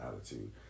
attitude